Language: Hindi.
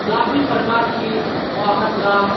काफ़ी प्रकार की वाहन का